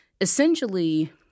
essentially